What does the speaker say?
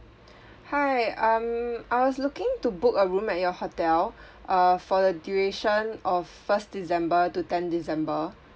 hi um I was looking to book a room at your hotel uh for the duration of first december to ten december